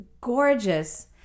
gorgeous